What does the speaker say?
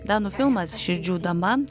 danų filmas širdžių dama